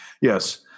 Yes